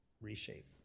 Reshape